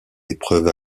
épreuve